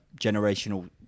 generational